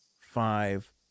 five